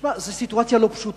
שמע, זאת סיטואציה לא פשוטה.